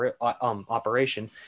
operation